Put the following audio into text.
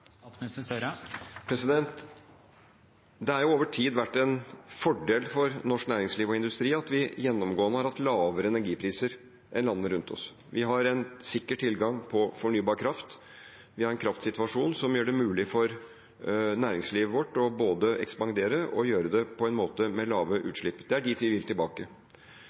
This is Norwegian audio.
Det har over tid vært en fordel for norsk næringsliv og industri at vi gjennomgående har hatt lavere energipriser enn landene rundt oss. Vi har en sikker tilgang på fornybar kraft, vi har en kraftsituasjon som gjør det mulig for næringslivet vårt både å ekspandere og å gjøre det med lave utslipp. Vi vil tilbake dit. En